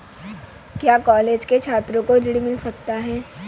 क्या कॉलेज के छात्रो को ऋण मिल सकता है?